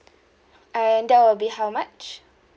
and that will be how much